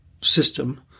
system